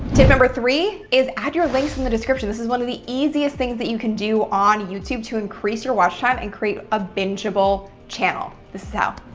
tip number three is add your links in the description. this is one of the easiest things that you can do on youtube to increase your watch time and create a binge-able channel. this is how.